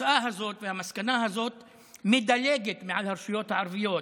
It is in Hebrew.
התוצאה הזאת והמסקנה הזאת מדלגות מעל הרשויות הערביות,